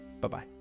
Bye-bye